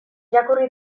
irakurri